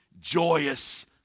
joyous